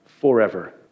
forever